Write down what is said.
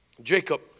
Jacob